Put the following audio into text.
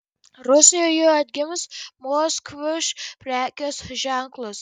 rusijoje atgims moskvič prekės ženklas